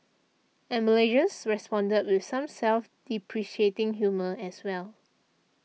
and Malaysians responded with some self depreciating humour as well